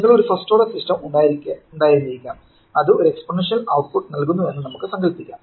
നിങ്ങൾക്ക് ഒരു first order system ഉണ്ടായിരുന്നിരിക്കാം അത് ഒരു എക്സ്പോണൻഷ്യൽ ഔട്ട്പുട്ട് നൽകുന്നുവെന്ന് നമുക്ക് സങ്കല്പിക്കാം